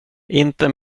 inte